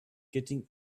getting